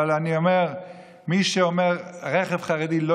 אבל אני אומר שמי שאומר רכב חרדי לא